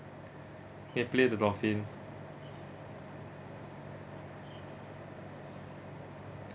ya play with the dolphin